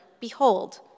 Behold